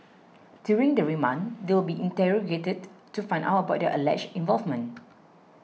during the remand they will be interrogated to find out about their alleged involvement